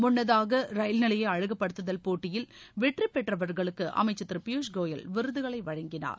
முன்னதாக ரயில் நிலைய அழகுப்படுத்துதல் போட்டியில் வெற்றி பெற்றவர்களுக்கு அமைச்சா் திரு பியூஷ்கோயல் விருதுகளை வழங்கினார்